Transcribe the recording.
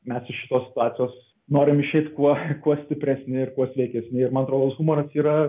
mes iš šitos situacijos norim išeit kuo kuo stipresni ir kuo sveikesni ir man atrodos humoras yra